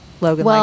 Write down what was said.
Logan